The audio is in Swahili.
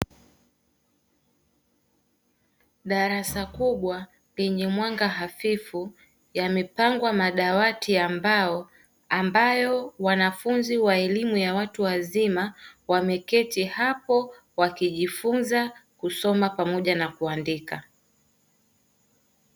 Darasa kubwa lenye mwanga hafifu yamepangwa madawati ya mbao ambayo wanafunzi wa elimu ya watu wazima wameketi hapo wakijifunza kusoma pamoja na kuandika.